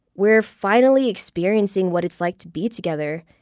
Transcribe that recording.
we're finally experiencing what it's like to be together.